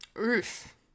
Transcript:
oof